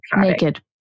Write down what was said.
Naked